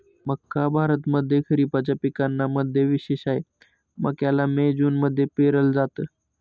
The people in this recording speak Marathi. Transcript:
मक्का भारतामध्ये खरिपाच्या पिकांना मध्ये विशेष आहे, मक्याला मे जून मध्ये पेरल जात